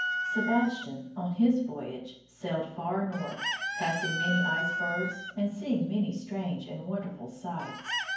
sebastian on his voyage sailed far north, passing many icebergs, and seeing many strange and wonderful sights.